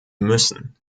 müssen